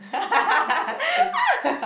disgusting